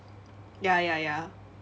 ya ya ya